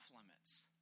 limits